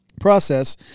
process